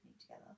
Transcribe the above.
together